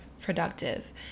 productive